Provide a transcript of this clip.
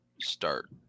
start